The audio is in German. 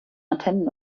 antennen